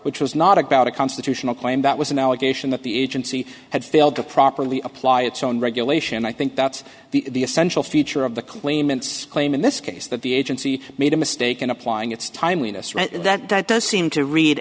which was not about a constitutional claim that was an allegation that the agency had failed to properly apply its own regulation and i think that's the essential feature of the claimant's claim in this case that the agency made a mistake in applying its timeliness right that that does seem to read